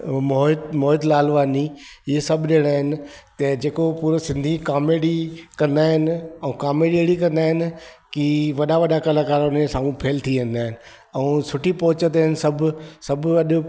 मोहित मोहित लालवाणी इहे सभु ॼणा आहिनि त जेको हे पूरो सिंधी कॉमेडी कंदा आहिनि ऐं कॉमेडी अहिड़ी कंदा आहिनि की वॾा वॾा कलाकार उन जे साम्हूं फेल थी वेंदा आहिनि ऐं सुठी पहुच ते आहिनि सभु सभु अॼु